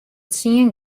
tsien